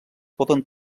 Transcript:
poden